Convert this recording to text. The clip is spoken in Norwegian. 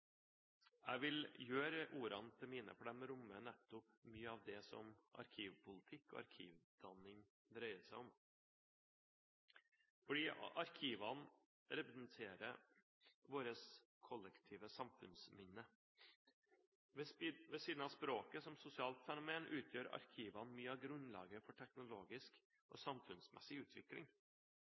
Jeg vil gjøre ordene til mine, for de rommer mye av det som arkivpolitikk og arkivdanning dreier seg om: Arkivene representerer vårt kollektive samfunnsminne. Ved siden av språket som sosialt fenomen utgjør arkivene mye av grunnlaget for teknologisk og samfunnsmessig utvikling.